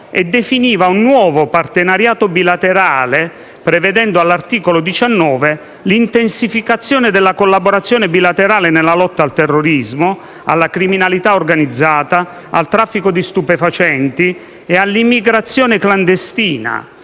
e definiva un nuovo partenariato bilaterale, prevedendo (all'articolo 19) l'intensificazione della collaborazione bilaterale nella lotta al terrorismo, alla criminalità organizzata, al traffico di stupefacenti e all'immigrazione clandestina,